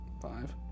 Five